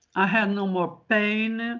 i have no more pain.